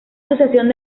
asociación